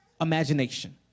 imagination